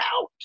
out